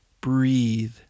Breathe